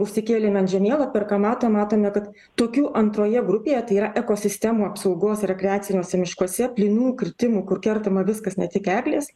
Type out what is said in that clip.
užsikėlėm ant žemėlapio ir ką matom matome kad tokių antroje grupėje tai yra ekosistemų apsaugos rekreaciniuose miškuose plynų kirtimų kur kertama viskas ne tik eglės